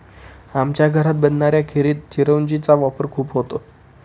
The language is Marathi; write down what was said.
आमच्या घरात बनणाऱ्या खिरीत चिरौंजी चा वापर खूप होतो